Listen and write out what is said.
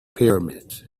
pyramids